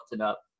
up